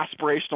aspirational